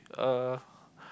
uh